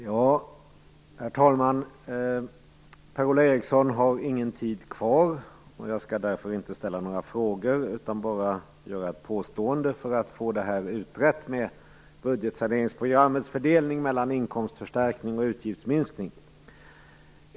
Herr talman! Per-Ola Eriksson har ingen debattid kvar. Jag skall därför inte ställa några frågor utan bara göra ett påstående för att få det här med budgetsaneringsprogrammets fördelning mellan inkomstförstärkning och utgiftsminskning utrett.